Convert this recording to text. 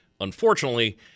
Unfortunately